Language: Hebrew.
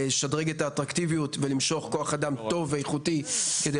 האטרקטיביות ולמשוך כוח אדם טוב ואיכותי כדי